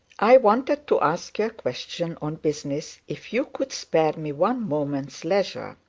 i wanted to ask you a question on business, if you would spare me one moment's leisure.